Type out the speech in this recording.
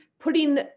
putting